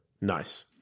Nice